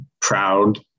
proud